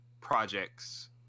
projects